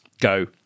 go